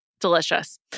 Delicious